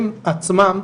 הם עצמם,